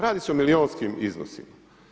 Radi se o milijunskim iznosima.